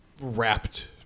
wrapped